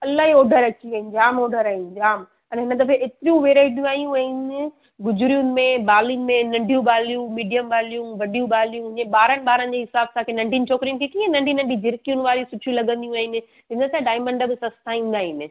इलाही ऑढर अची विया आहिनि जाम ऑढर आहिनि जाम अने हिन दफ़े एतिरियूं वैरायटियूं आहियूं आहिनि गुजरियुनि में बालिनि में नंढियूं बालियूं मीडियम बालियूं वॾियूं बालियूं हियं ॿारनि ॿारनि जी हिसाबु सां के नंढिनि छोकिरियुनि खे कीअं नंढी नंढी झिरकियुनि वारी सुठियूं लॻंदियूं आहिनि हिन सां डायमंड बि सस्ता ईंदा आहिनि